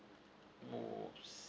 most